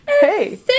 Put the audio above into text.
Hey